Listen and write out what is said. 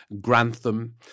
Grantham